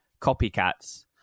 copycats